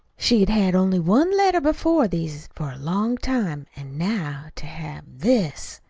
she had had only one letter before these for a long time. an' now to have this!